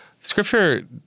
Scripture